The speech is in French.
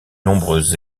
nombreuses